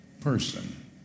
person